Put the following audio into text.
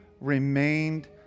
remained